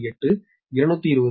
8220 13